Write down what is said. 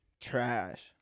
Trash